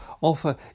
offer